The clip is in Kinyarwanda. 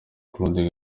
claude